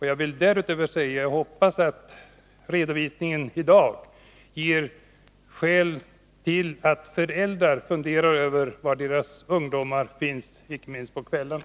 Jag vill därutöver säga att jag hoppas att redovisningen i dag ger föräldrarna skäl att fundera över var deras ungdomar finns, inte minst på kvällarna.